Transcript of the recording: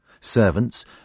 Servants